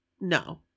No